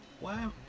Wow